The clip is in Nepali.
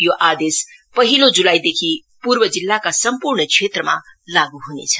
यो आदेश पहिलो जुलाईदेखि पूर्व जिल्लाका सम्पूर्ण क्षेत्रमा लागु हुनेछ